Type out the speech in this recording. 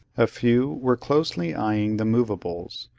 a few were closely eyeing the movables,